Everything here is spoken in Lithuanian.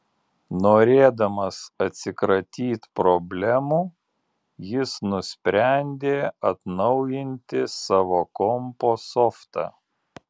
norėdamas atsikratyt problemų jis nusprendė atnaujinti savo kompo softą